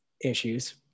issues